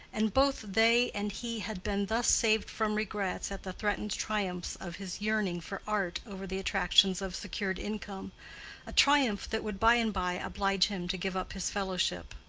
and both they and he had been thus saved from regrets at the threatened triumphs of his yearning for art over the attractions of secured income a triumph that would by-and-by oblige him to give up his fellowship.